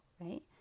right